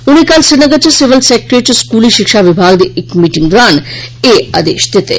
उनें कल श्रीनगर इच सिविल सेक्ट्रेट इच स्कूली शिक्षा विभाग दी इक मीटिंग दौरान एह आदेश दित्ते